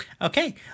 Okay